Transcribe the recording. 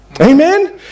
Amen